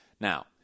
now